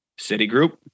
Citigroup